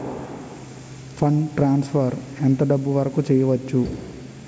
Fund transfer ఎంత డబ్బు వరుకు చేయవచ్చు?